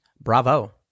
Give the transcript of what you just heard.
Bravo